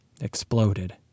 exploded